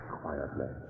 quietly